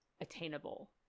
attainable